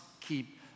keep